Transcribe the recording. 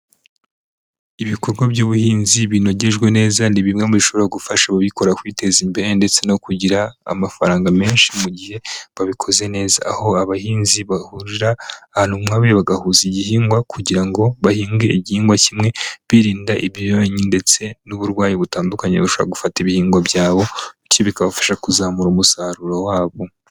Ibikorwa by'ubuhinzi binogejwe neza ni bimwe mu bishobora gufasha ababikora kwiteza imbere ndetse no kugira amafaranga menshi mu gihe babikoze neza, aho abahinzi bahurira ahantu hamwe bagahuza igihingwa kugira ngo bahinge igihingwa kimwe birinda ibyonnyi ndetse n'uburwayi butandukanye bashobora gufata ibihingwa byabo, bityo bikabafasha kuzamura umusaruro wabo.